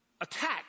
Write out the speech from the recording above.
attack